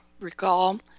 recall